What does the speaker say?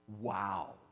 Wow